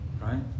right